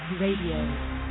Radio